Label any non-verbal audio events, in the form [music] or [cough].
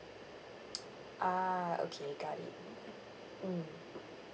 [noise] ah okay got it mm